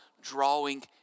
drawing